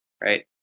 right